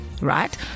Right